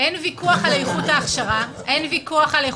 אין ויכוח על איכות ההכשרה הנדרשת,